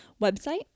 website